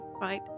right